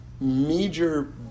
major